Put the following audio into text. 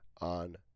on